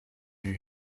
you